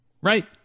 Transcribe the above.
right